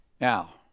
Now